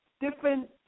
different